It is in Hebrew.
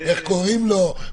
איך קוראים לו,